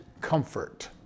comfort